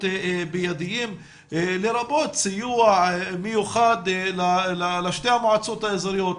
מיידים לרבות סיוע מיוחד לשתי המועצות האזוריות,